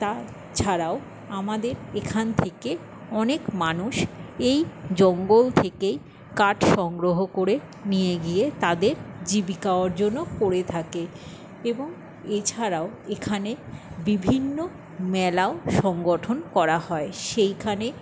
তা ছাড়াও আমাদের এখান থেকে অনেক মানুষ এই জঙ্গল থেকেই কাঠ সংগ্রহ করে নিয়ে গিয়ে তাদের জীবিকা অর্জনও করে থাকে এবং এছাড়াও এখানে বিভিন্ন মেলা ও সংগঠন করা হয় সেইখানে